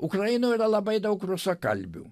ukrainoj yra labai daug rusakalbių